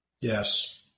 Yes